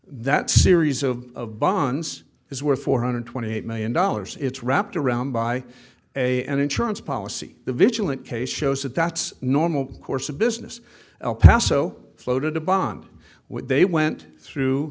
that series of bonds is worth four hundred twenty eight million dollars it's wrapped around by a an insurance policy the vigilant case shows that that's normal course of business el paso floated a bond with they went through